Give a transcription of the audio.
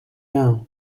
down